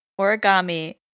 origami